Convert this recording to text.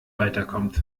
weiterkommt